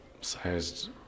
sized